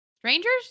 Strangers